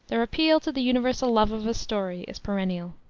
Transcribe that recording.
their appeal to the universal love of a story is perennial.